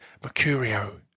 Mercurio